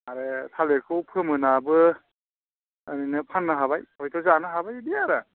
आरो थालिरखौ फोमोन्नाबो ओरैनो फाननो हाबाय हयथ' जानो हाबाय बिदि आरो